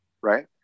right